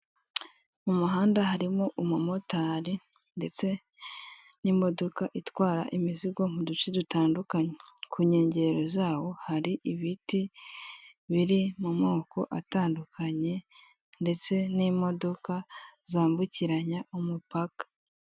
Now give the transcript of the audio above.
Umuhanda harimo umumotari ndetse n'imodoka itwara imizigo mu duce dutandukanye. Ku nkengero zawo hari ibiti biri mu moko atandukanye, ndetse n'imodoka zambukiranya umupaka.